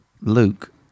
Luke